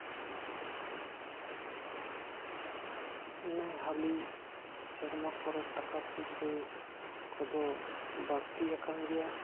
ᱱᱮ ᱦᱟᱹᱞᱤ ᱥᱮᱨᱢᱟ ᱠᱚᱨᱮ ᱴᱟᱠᱟ ᱯᱩᱭᱥᱟᱹ ᱠᱚᱫᱚ ᱵᱟᱲᱛᱤᱭᱟᱠᱟᱱ ᱜᱮᱭᱟ